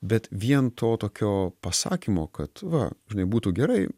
bet vien to tokio pasakymo kad va žinai būtų gerai